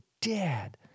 dad